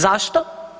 Zašto?